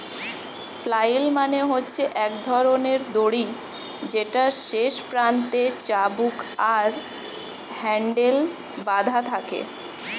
flail মানে হচ্ছে এক ধরণের দড়ি যেটার শেষ প্রান্তে চাবুক আর হ্যান্ডেল বাধা থাকে